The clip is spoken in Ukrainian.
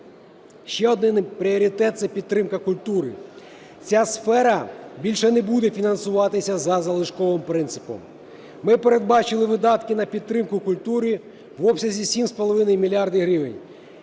Ще один пріоритет – це підтримка культури. Ця сфера більше не буде фінансуватися за залишковим принципом. Ми передбачили видатки на підтримку культури в обсязі 7,5 мільярда